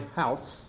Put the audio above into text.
house